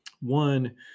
One